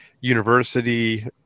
university